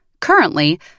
Currently